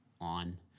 on